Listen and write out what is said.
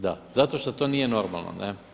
Da, zato što to nije normalno.